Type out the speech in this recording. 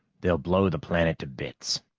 they'll blow the planet to bits.